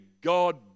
God